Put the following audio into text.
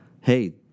hey